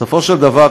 בסופו של דבר,